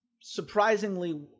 surprisingly